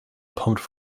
pumped